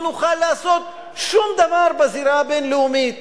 נוכל לעשות שום דבר בזירה הבין-לאומית.